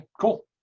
cool